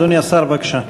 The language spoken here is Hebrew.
אדוני השר, בבקשה.